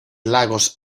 lagos